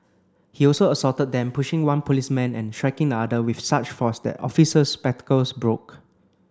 he also assaulted them pushing one policeman and striking the other with such force that the officer's spectacles broke